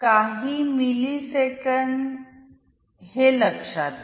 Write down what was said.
काही मिलीसेकंद हे लक्षात घ्या